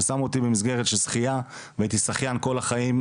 ושמו אותי במסגרת של שחיה, והייתי שחיין כל החיים.